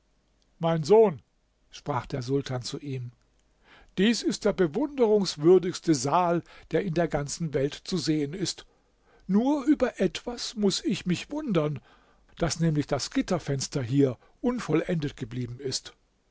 mein sohn sprach der sultan zu ihm dies ist der bewunderungswürdigste saal der in der ganzen welt zu sehen ist nur über etwas muß ich mich wundem daß nämlich das gitterfenster hier unvollendet geblieben ist